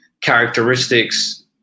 characteristics